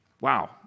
Wow